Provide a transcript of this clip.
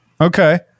Okay